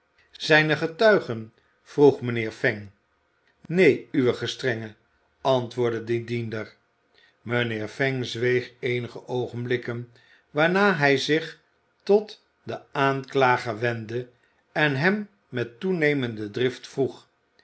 zijn er getuigen vroeg mijnheer fang neen uw gestrenge antwoordde de diender mijnheer fang zweeg eenige oogenblikken waarna hij zich tot den aanklager wendde en hem met toenemende drift vroeg